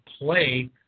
play